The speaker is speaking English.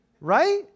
right